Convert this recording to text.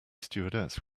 stewardess